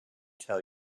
tell